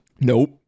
Nope